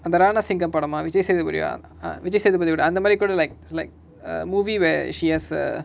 அந்த:antha raana சிங்க படமா:singa padama vijaysethupathi ah ah vijaysethupathi யோட அந்தமாரி கூட:yoda anthamari kooda like like a movie where she has err